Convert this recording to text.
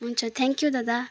हुन्छ thank you दादा